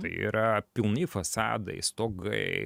tai yra pilni fasadai stogai